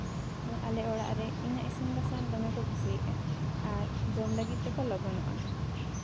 ᱟᱞᱮ ᱚᱲᱟᱜ ᱨᱮ ᱤᱧᱟᱹᱜ ᱤᱥᱤᱱ ᱵᱟᱥᱟᱝ ᱫᱚᱢᱮ ᱠᱚ ᱠᱩᱥᱤᱭᱟᱜᱼᱟ ᱟᱨ ᱡᱚᱢ ᱞᱟᱹᱜᱤᱫ ᱛᱮᱠᱚ ᱞᱚᱜᱚᱱᱚᱜᱼᱟ